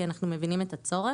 כי אנחנו מבינים את הצורך.